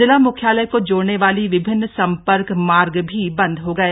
जिला मुख्यालय को जोड़ने वाले विभिन्न सम्पर्क मार्ग भी बंद हो गए